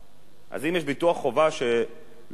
אז אם יש ביטוח חובה שלא נרכש,